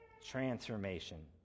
transformation